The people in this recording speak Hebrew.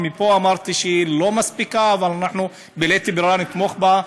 ומפה אמרתי שהיא לא מספיקה אבל אנחנו בלית ברירה נתמוך בה.